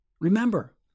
Remember